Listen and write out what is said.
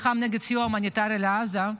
שנלחם נגד סיוע הומניטרי לעזה,